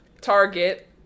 Target